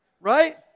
right